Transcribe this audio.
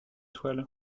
toile